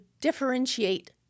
differentiate